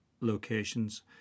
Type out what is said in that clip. locations